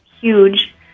huge